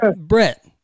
Brett